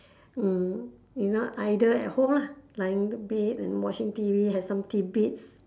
mm you know either at home lah lying bed watching T_V have some tidbits